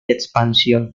expansión